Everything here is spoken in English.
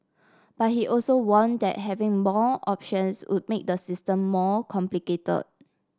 but he also warned that having more options would make the system more complicated